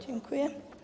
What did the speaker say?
Dziękuję.